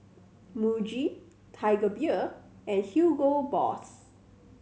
Muji Tiger Beer and Hugo Boss